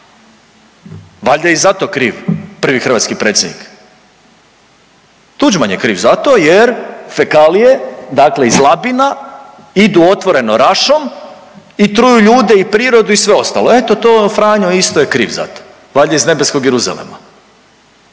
Valjda je i za to kriv prvi hrvatski predsjednik. Tuđman je kriv za to jer fekalije dakle iz Labina idu otvoreno Rašom i truju ljude i prirodu i sve ostalo, eto to Franjo je isto kriv za to. Valjda iz nebeskog Jeruzalema.